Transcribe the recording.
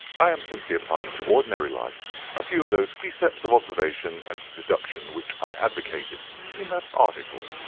i am simply applying to ordinary life a few of those precepts of observation and deduction which i advocated in that article.